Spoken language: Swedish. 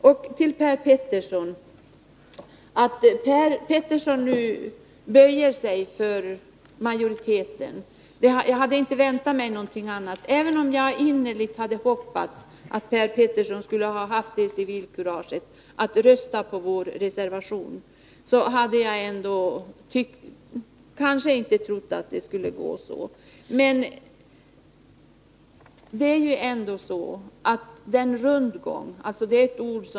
Jag hade inte väntat mig annat än att Per Petersson nu skulle böja sig för majoriteten. Även om jag innerligt hade hoppats att han skulle ha haft civilkuraget att rösta på vår reservation, hade jag kanske inte trott att det skulle gå så. Ni har själva skapat ordet rundgång.